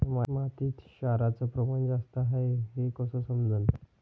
मातीत क्षाराचं प्रमान जास्त हाये हे कस समजन?